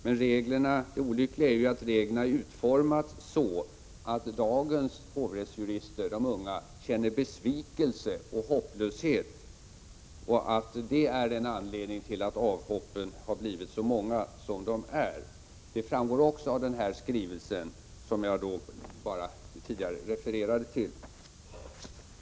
Men det olyckliga är att reglerna är utformade så, att dagens unga hovrättsjurister känner besvikelse och hopplöshet, vilket är anledningen till att avhoppen blivit så många. Det framgår också av den skrivelse som jag tidigare refererade till.